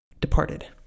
departed